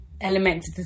element